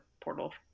portal